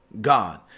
God